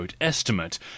estimate